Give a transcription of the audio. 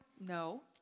No